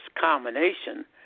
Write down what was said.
combination